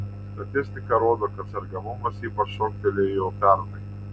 statistika rodo kad sergamumas ypač šoktelėjo pernai